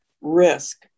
risk